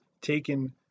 taken